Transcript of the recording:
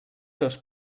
seus